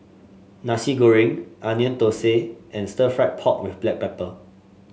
Nasi Goreng Onion Thosai and Stir Fried Pork with Black Pepper